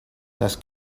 las